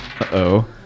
Uh-oh